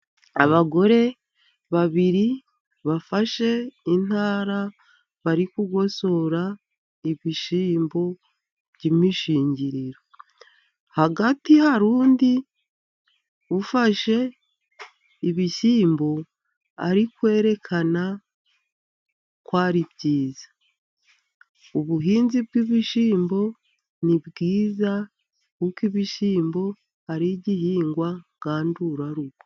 Abagore babiri bafashe intara bari kugosora ibishyimbo by'imishingiriro. Hagati hari undi ufashe ibishyimbo, ari kwerekana ko ari byiza. Ubuhinzi bw'ibishyimbo ni bwiza, kuko ibishyimbo ari igihingwa ngandurarugo.